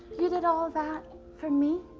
you did all of that for me?